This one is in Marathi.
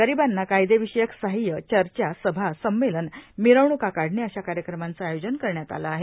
गरिबांना कायदेविषयक सहाय्यए चर्चाए सभाए संमेलनए मिरवणूका काढणे अशा कार्यक्रमांचं आयोजन करण्यात आलं आहे